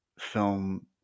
film